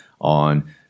on